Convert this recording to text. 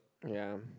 ya